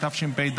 התשפ"ד